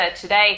today